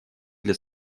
для